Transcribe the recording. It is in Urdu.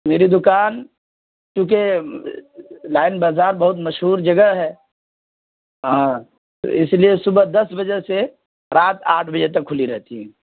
میری دکان چونکہ لائن بازار بہت مشہور جگہ ہے ہاں اس لیے صبح دس بجے سے رات آٹھ بجے تک کھلی رہتی ہے